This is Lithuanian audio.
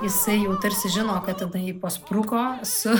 jisai jau tarsi žino kad tada ji paspruko su